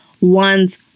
one's